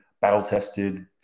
battle-tested